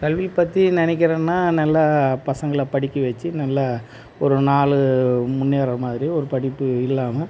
கல்வி பற்றி நெனைக்கிறன்னா நல்ல பசங்களை படிக்க வச்சு நல்ல ஒரு நாள் முன்னேற மாதிரி ஒரு படிப்பு இல்லாமல்